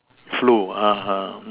flow (uh huh)